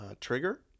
Trigger